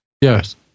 Yes